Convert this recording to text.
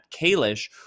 Kalish